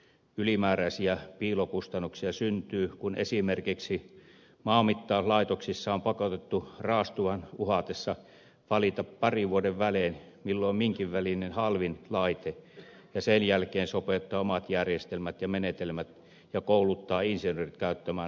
ylimääräisiä piilokustannuksia syntyy kun esimerkiksi maanmittauslaitoksissa on pakotettu raastuvan uhatessa valitsemaan parin vuoden välein milloin minkinlainen halvin laite ja sen jälkeen sopeuttamaan omat järjestelmät ja menetelmät ja kouluttamaan insinöörit käyttämään halvimpia laitteita